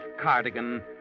Cardigan